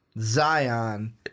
Zion